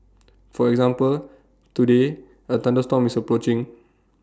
for example today A thunderstorm is approaching